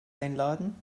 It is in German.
einladen